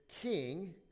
king